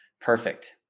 Perfect